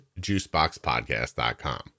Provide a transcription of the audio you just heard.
juiceboxpodcast.com